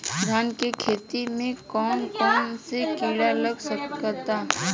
धान के खेती में कौन कौन से किड़ा लग सकता?